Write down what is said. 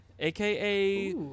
AKA